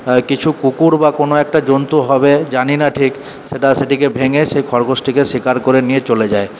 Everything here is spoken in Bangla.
কিছু কুকুর বা কোন একটা জন্তু হবে জানি না ঠিক সেটা সেটিকে ভেঙে সেই খরগোশটিকে শিকার করে নিয়ে চলে যায়